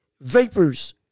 vapors